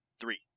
Three